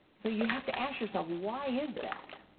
so you have to ask yourself, why is that?